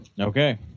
Okay